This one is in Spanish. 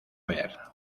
ver